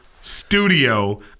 studio